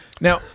Now